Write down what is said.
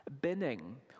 binning